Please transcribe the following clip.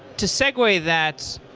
to segue that,